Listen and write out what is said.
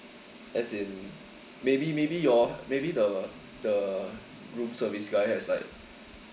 as in maybe maybe your maybe the the room service guy has like